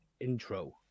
intro